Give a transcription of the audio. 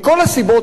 אדוני היושב-ראש,